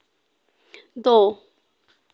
दो